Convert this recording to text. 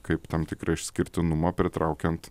kaip tam tikrą išskirtinumą pritraukiant